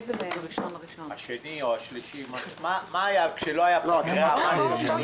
מה אירע כאשר הייתה פגרה?